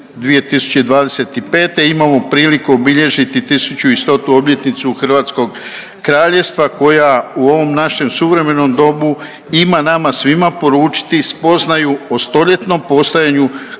2025. imamo priliku obilježiti 1100. obljetnicu Hrvatskog kraljevstva koja u ovom našem suvremenom dobu, ima nama svima poručiti spoznaju o stoljetnom postojanju hrvatskog naroda